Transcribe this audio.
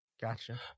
gotcha